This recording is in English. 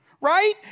right